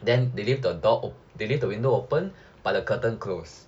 then they leave the door they leave the window open but the curtain close